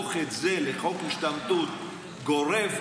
להפוך את זה לחוק השתמטות גורף,